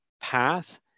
path